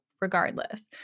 regardless